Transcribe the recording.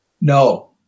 No